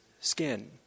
skin